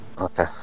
Okay